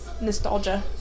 nostalgia